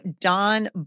Don